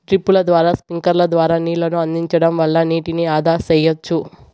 డ్రిప్పుల ద్వారా స్ప్రింక్లర్ల ద్వారా నీళ్ళను అందించడం వల్ల నీటిని ఆదా సెయ్యచ్చు